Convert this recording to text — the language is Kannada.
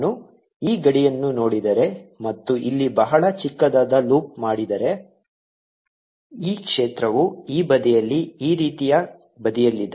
ನಾನು ಈ ಗಡಿಯನ್ನು ನೋಡಿದರೆ ಮತ್ತು ಇಲ್ಲಿ ಬಹಳ ಚಿಕ್ಕದಾದ ಲೂಪ್ ಮಾಡಿದರೆ e ಕ್ಷೇತ್ರವು ಈ ಬದಿಯಲ್ಲಿ ಈ ರೀತಿಯ ಬದಿಯಲ್ಲಿದೆ